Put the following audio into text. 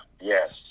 yes